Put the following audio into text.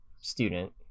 student